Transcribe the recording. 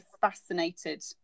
fascinated